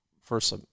first